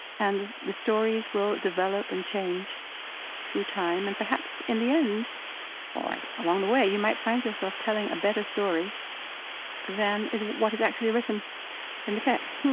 and the the stories will develop and change through time. and perhaps, in the end or along the way, you might find yourself telling a better story than what is actually written in the text.